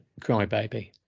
Crybaby